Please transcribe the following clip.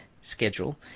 schedule